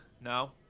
No